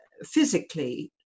physically